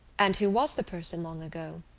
and who was the person long ago?